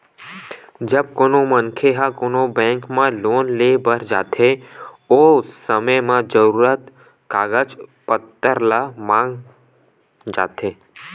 जब कोनो मनखे ह कोनो बेंक म लोन लेय बर जाथे ओ समे म जरुरी कागज पत्तर ल मांगे जाथे